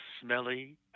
smelly